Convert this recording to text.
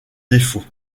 défauts